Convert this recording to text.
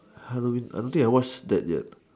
I don't think I watch that yet